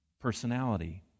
personality